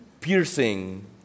piercing